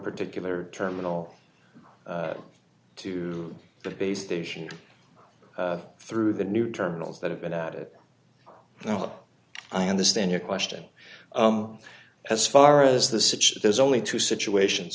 particular terminal to the base station through the new terminals that have been at it oh i understand your question as far as the city there's only two situations